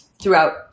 throughout